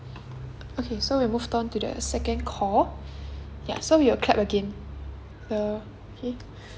okay so we'll move on to the second call ya so we'll clap again okay